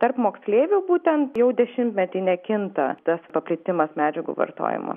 tarp moksleivių būtent jau dešimtmetį nekinta tas paplitimas medžiagų vartojimo